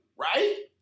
right